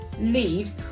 leaves